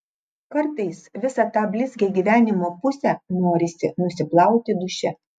kartais visą tą blizgią gyvenimo pusę norisi nusiplauti duše